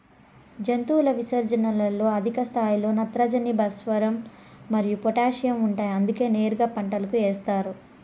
జంతువుల విసర్జనలలో అధిక స్థాయిలో నత్రజని, భాస్వరం మరియు పొటాషియం ఉంటాయి అందుకే నేరుగా పంటలకు ఏస్తారు